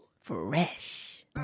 Fresh